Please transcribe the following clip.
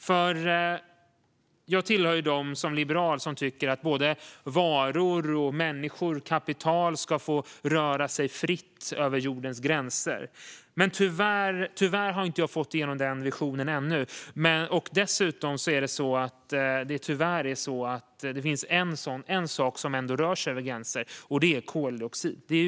Som liberal tillhör jag dem som tycker att både varor, människor och kapital ska få röra sig fritt över jordens gränser. Tyvärr har jag inte fått igenom den visionen ännu. Dessutom är det tyvärr så att en sak som verkligen rör sig över gränser är koldioxid.